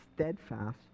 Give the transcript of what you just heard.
steadfast